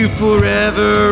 forever